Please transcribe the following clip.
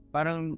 Parang